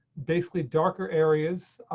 basically darker areas